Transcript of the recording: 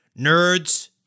nerds